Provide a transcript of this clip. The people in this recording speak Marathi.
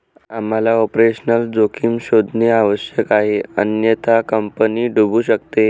आम्हाला ऑपरेशनल जोखीम शोधणे आवश्यक आहे अन्यथा कंपनी बुडू शकते